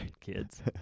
kids